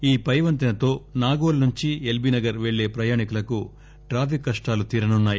ఈ పైవంతెనతో నాగోల్ నుంచి ఎల్బీనగర్ పెళ్లే ప్రయాణికులకు ట్రాఫిక్ కష్ణాలు తీరనున్నాయి